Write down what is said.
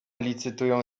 licytują